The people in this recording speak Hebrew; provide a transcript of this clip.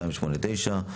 1289/25,